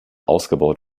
ausgebaut